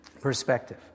perspective